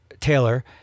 Taylor